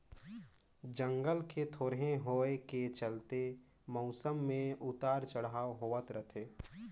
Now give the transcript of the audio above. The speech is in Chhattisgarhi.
जंगल के थोरहें होए के चलते मउसम मे उतर चढ़ाव होवत रथे